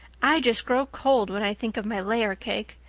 i just grow cold when i think of my layer cake.